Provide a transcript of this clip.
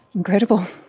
incredible.